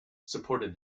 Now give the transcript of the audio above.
supported